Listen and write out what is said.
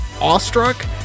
awestruck